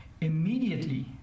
immediately